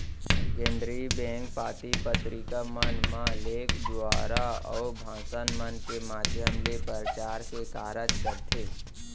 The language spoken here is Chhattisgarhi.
केनदरी बेंक पाती पतरिका मन म लेख दुवारा, अउ भासन मन के माधियम ले परचार के कारज करथे